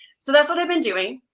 so that's what i've been doing.